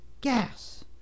Gas